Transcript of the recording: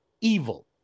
evil